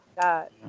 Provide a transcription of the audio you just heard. God